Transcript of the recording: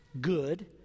Good